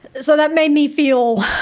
so that made me feel